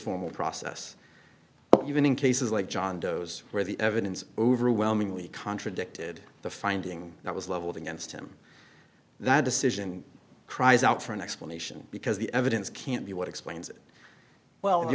formal process but even in cases like john doe's where the evidence overwhelmingly contradicted the finding that was leveled against him that decision cries out for an explanation because the evidence can't be what explains it well the